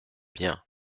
bien